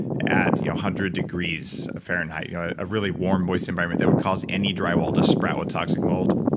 at one you know hundred degrees fahrenheit, you know a really warm moist environment that would cause any dry wall to sprout with toxic mold,